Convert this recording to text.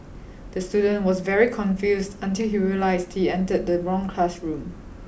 the student was very confused until he realised he entered the wrong classroom